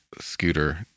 Scooter